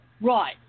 right